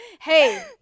hey